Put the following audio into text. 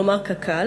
כלומר קק"ל.